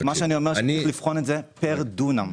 צריך לבחון את זה פר דונם.